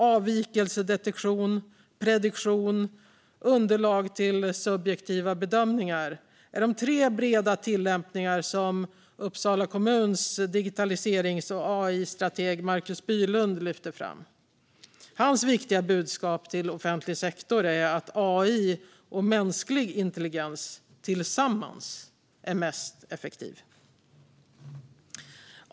Avvikelsedetektion, prediktion och underlag till subjektiva bedömningar är de tre breda tillämpningar som Uppsala kommuns digitaliserings och AI-strateg Markus Bylund lyfter fram. Hans viktiga budskap till offentlig sektor är att AI och mänsklig intelligens tillsammans är mest effektivt.